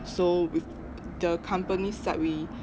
so with the company side we